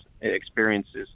experiences